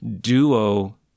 duo